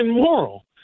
moral